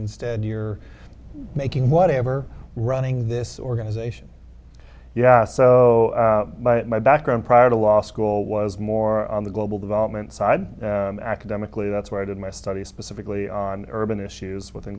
instead you're making whatever running this organization yeah so my background prior to law school was more on the global development side academically that's where i did my studies specifically on urban issues within